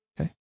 okay